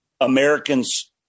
Americans